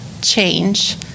change